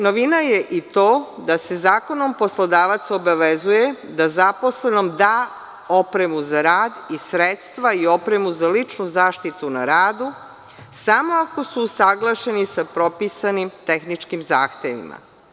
Novina je i to da se zakonom poslodavac obavezuje da zaposlenom da opremu za rad i sredstva i opremu za ličnu zaštitu na radu samo ako su usaglašeni sa propisanim tehničkim zahtevima.